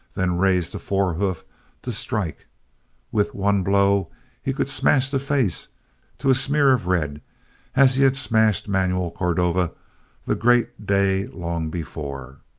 then raised a forehoof to strike with one blow he could smash the face to a smear of red as he had smashed manuel cordova the great day long before.